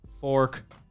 Fork